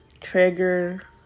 trigger